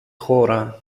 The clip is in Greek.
χώρα